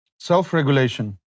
Self-regulation